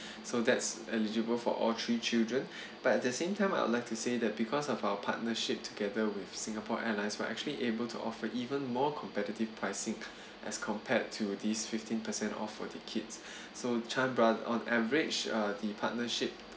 so that's eligible for all three children but at the same time I would like to say that because of our partnership together with singapore airlines we're actually able to offer even more competitive pricing as compared to this fifteen percent off for the kids so Chan bro~ on average uh the partnership